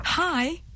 Hi